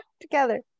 together